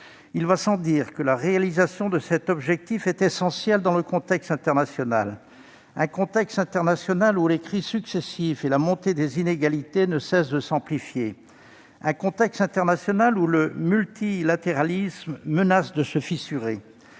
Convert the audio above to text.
Il va sans dire que la réalisation de cet objectif est essentielle dans le contexte international, contexte où les crises successives et la montée des inégalités ne cessent de s'amplifier et où le multilatéralisme menace de se fissurer.